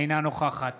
אינה נוכחת